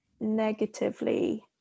negatively